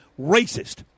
racist